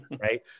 right